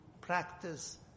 practice